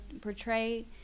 portray